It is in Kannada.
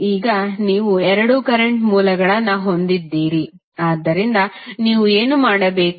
ಈಗ ನೀವು ಎರಡು ಕರೆಂಟ್ ಮೂಲಗಳನ್ನು ಹೊಂದಿದ್ದೀರಿ ಆದ್ದರಿಂದ ನೀವು ಏನು ಮಾಡಬೇಕು